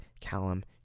Callum